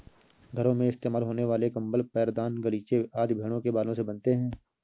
घरों में इस्तेमाल होने वाले कंबल पैरदान गलीचे आदि भेड़ों के बालों से बनते हैं